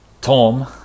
tom